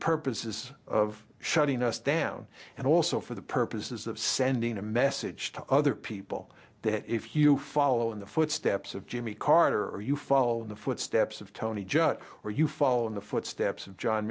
purposes of shutting us down and also for the purposes of sending a message to other people that if you follow in the footsteps of jimmy carter or you follow the footsteps of tony judd or you follow in the footsteps of john